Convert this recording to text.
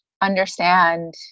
understand